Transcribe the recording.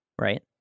Right